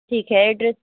ठीक है एड्रेस